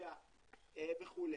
לטורקיה וכו'.